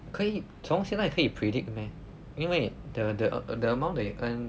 可以从现在可以 predict meh 因为 the the the amount that you earn